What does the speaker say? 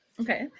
Okay